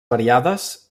variades